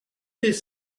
des